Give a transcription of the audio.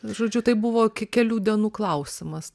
žodžiu tai buvo kelių dienų klausimas